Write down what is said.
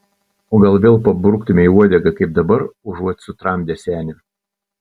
o gal vėl pabruktumei uodegą kaip dabar užuot sutramdęs senį